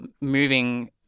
moving